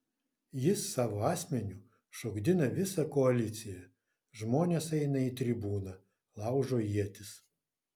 jis savo asmeniu šokdina visą koaliciją žmonės eina į tribūną laužo ietis